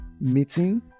meeting